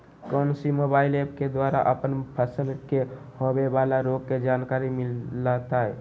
कौन सी mobile app के द्वारा अपन फसल के होबे बाला रोग के जानकारी मिलताय?